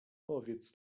powiedz